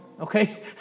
Okay